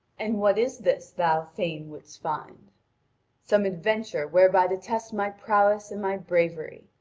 and what is this thou fain wouldst find some adventure whereby to test my prowess and my bravery.